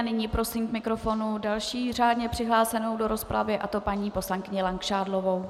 Nyní prosím k mikrofonu další řádně přihlášenou do rozpravy, a to paní poslankyni Langšádlovou.